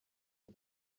iki